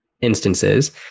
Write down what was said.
instances